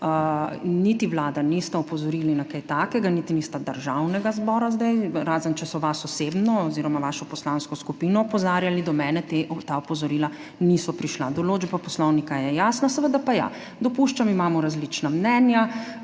niti Vlada nista opozorili na kaj takega, niti nista Državnega zbora. Razen, če so vas osebno oziroma vašo poslansko skupino opozarjali, do mene ta opozorila niso prišla. Določba Poslovnika je jasna. Seveda pa ja, dopuščam, imamo različna mnenja,